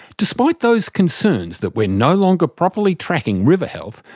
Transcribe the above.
despite those concerns that we're no longer properly tracking river health,